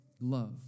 love